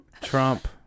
Trump